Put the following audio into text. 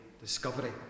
discovery